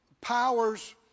powers